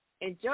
enjoy